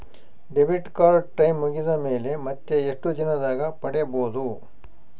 Debit card time ಮುಗಿದ ಮೇಲೆ ಮತ್ತೆ ಎಷ್ಟು ದಿನದಾಗ ಪಡೇಬೋದು?